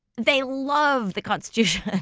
they love the constitution,